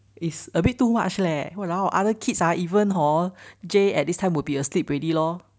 is a bit too much leh !walao! other kids ah even hor J at this time would be asleep already lor